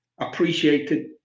appreciated